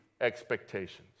expectations